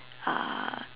uh